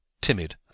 timid